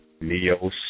Neo